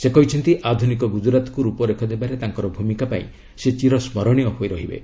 ସେ କହିଛନ୍ତି ଆଧୁନିକ ଗୁଜରାତ୍କୁ ରୂପରେଖ ଦେବାରେ ତାଙ୍କର ଭୂମିକା ପାଇଁ ସେ ଚିରସ୍କରଣୀୟ ହୋଇ ରହିବେ